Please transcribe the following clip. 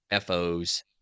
FOs